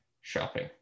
shopping